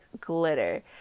glitter